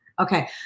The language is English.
Okay